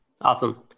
awesome